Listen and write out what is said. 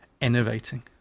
innovating